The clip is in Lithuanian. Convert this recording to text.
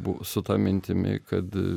buvo su ta mintimi kad